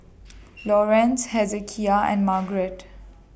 Lawerence Hezekiah and Marget